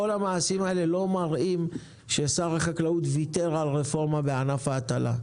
כל המעשים האלה לא מראים ששר החקלאות ויתר על רפורמה בענף ההטלה.